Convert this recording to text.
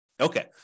Okay